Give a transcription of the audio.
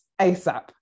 ASAP